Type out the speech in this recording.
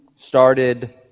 started